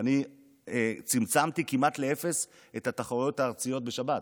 השחייה צמצמתי כמעט לאפס את התחרויות הארציות בשבת.